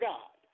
God